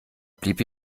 blieb